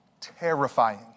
Terrifying